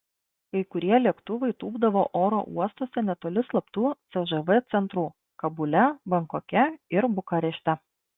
kai kurie lėktuvai tūpdavo oro uostuose netoli slaptų cžv centrų kabule bankoke ir bukarešte